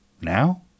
Now